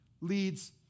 leads